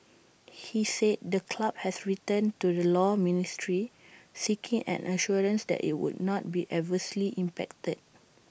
he said the club has written to the law ministry seeking an assurance that IT would not be adversely impacted